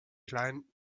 kleinen